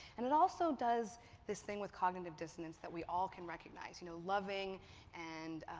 and it also does this thing with cognitive dissonance that we all can recognize. you know, loving and,